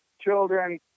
children